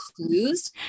clues